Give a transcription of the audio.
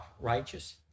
righteous